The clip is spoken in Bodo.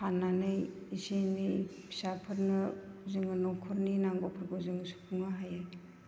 फाननानै एसे एनै फिसाफोरनो जोङो न'खरनि नांगौफोरखौ जों सुफुंनो हायो